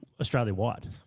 Australia-wide